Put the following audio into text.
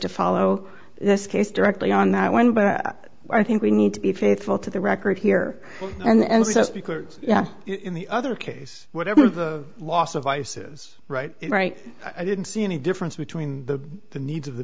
to follow this case directly on that one but i think we need to be faithful to the record here and says because in the other case whatever the loss of ice is right right i didn't see any difference between the the needs of the